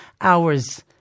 hours